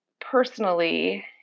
personally